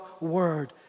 word